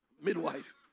Midwife